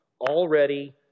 already